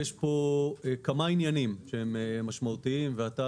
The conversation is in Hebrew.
יש פה כמה עניינים משמעותיים שאתה,